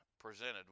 Presented